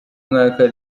mwaka